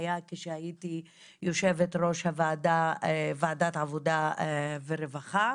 היה כשהייתי יושבת ראש ועדת העובדה והרווחה.